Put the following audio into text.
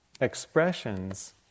expressions